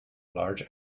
large